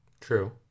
True